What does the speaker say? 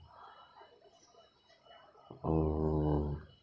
oh